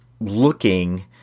looking